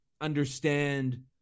understand